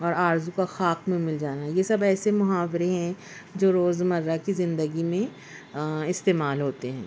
اور آرزو کا خاک میں مل جانا یہ سب ایسے محاورے ہیں جو روزمرہ کی زندگی میں استعمال ہوتے ہیں